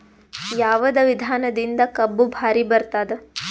ಯಾವದ ವಿಧಾನದಿಂದ ಕಬ್ಬು ಭಾರಿ ಬರತ್ತಾದ?